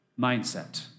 mindset